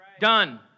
done